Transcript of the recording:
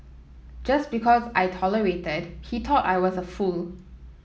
just because I tolerated he thought I was a fool